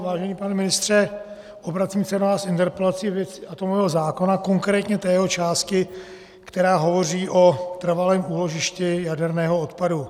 Vážený pane ministře, obracím se na vás s interpelací ve věci atomového zákona, konkrétně té jeho části, která hovoří o trvalém úložišti jaderného odpadu.